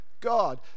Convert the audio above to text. God